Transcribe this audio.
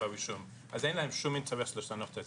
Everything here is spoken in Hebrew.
אין להם שום אינטרס לשנות את